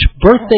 birthday